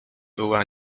była